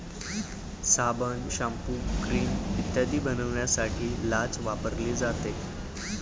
साबण, shampoo, cream इत्यादी बनवण्यासाठी लाच वापरली जाते